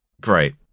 great